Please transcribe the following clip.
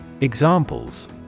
Examples